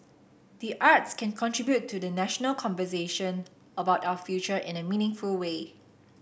the arts can contribute to the national conversation about our future in a meaningful way